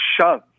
shove